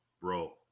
bro